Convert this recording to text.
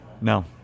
No